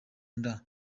nda